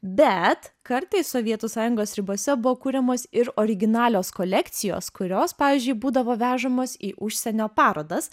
bet kartais sovietų sąjungos ribose buvo kuriamos ir originalios kolekcijos kurios pavyzdžiui būdavo vežamos į užsienio parodas